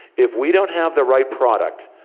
if we don't have the right product,